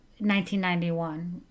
1991